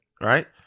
right